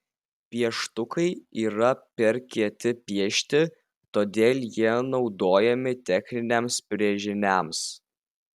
pieštukai yra per kieti piešti todėl jie naudojami techniniams brėžiniams